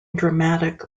dramatic